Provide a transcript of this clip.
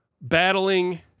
battling